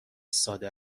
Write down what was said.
ساده